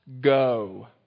go